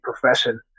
profession